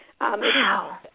Wow